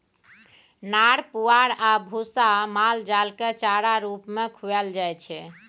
नार पुआर आ भुस्सा माल जालकेँ चारा रुप मे खुआएल जाइ छै